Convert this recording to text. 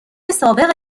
سابق